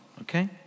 okay